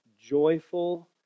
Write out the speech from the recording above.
joyful